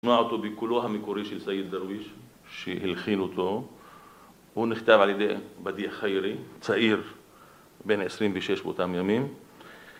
הוא נשמע אותו בקולו המקורי של סעיד דרוויץ' שהלחין אותו הוא נכתב על ידי בדיח חיירי, צעיר, בן 26 באותם ימים